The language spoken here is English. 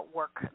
work